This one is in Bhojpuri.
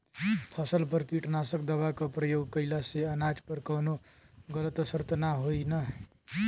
फसल पर कीटनाशक दवा क प्रयोग कइला से अनाज पर कवनो गलत असर त ना होई न?